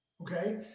okay